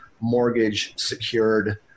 mortgage-secured